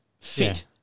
fit